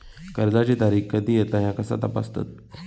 कर्जाची तारीख कधी येता ह्या कसा तपासतत?